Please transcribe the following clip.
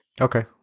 Okay